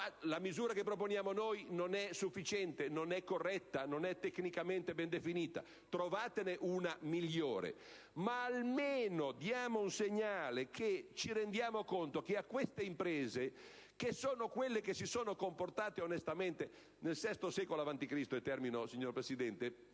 La misura che proponiamo noi non è sufficiente, non è corretta, non è tecnicamente ben definita? Trovatene una migliore, ma almeno diamo un segnale a queste imprese, che sono quelle che si sono comportate onestamente. Nel VI secolo avanti Cristo, Solone